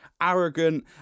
arrogant